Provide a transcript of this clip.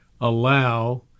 allow